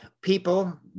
people